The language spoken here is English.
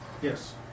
Yes